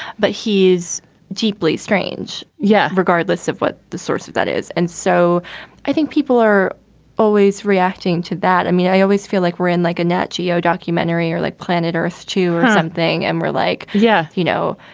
but he is deeply strange. yeah. regardless of what the source of that is. and so i think people are always reacting to that. i mean, i always feel like we're in like a nat geo documentary or like planet earth to something. and we're like, yeah, you know.